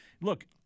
Look